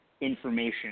information